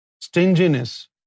stinginess